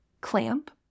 clamp